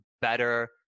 better